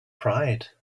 pride